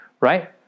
right